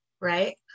right